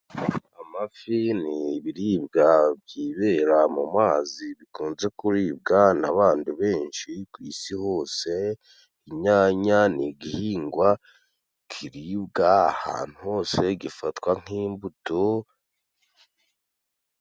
Amafi ni ibiribwa byibera mu mazi. Bikunze kuribwa n'abandi benshi ku isi hose. Inyanya ni igihingwa kiribwa ahantu hose gifatwa nk'imbuto.